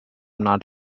not